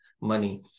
money